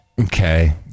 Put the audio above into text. Okay